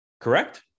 Correct